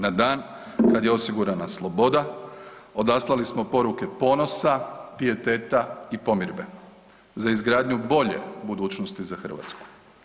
Na dan kad je osigurana sloboda odaslali smo poruke ponosa, pijeteta i pomirbe za izgradnju bolje budućnosti za Hrvatsku.